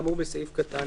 כאמור בסעיף קטן